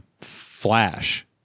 flash